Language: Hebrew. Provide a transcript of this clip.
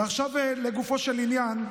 ועכשיו לגופו של עניין,